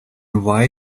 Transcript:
why